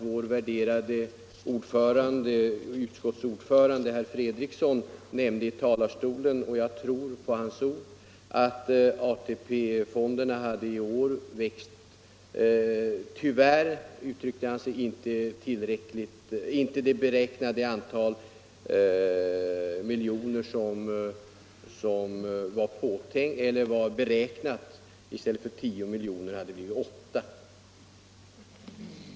Vår värderade utskottsordförande herr Fredriksson nämnde från talarstolen — och jag tror honom på hans ord — att AP-fonderna i år tyvärr, som han uttryckte sig, inte hade växt med det antal miljarder som var beräknat. I stället för 10 miljarder hade det blivit 8.